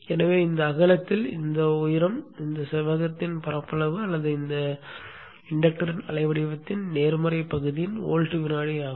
எனவே இந்த அகலத்தில் இந்த உயரம் இந்த செவ்வகத்தின் பரப்பளவு அல்லது இது தூண்டல் அலைவடிவத்தின் நேர்மறை பகுதியின் வோல்ட் வினாடி ஆகும்